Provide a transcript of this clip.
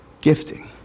gifting